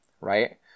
right